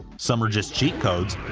some are just cheat codes,